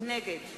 נגד